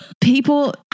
people